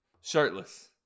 shirtless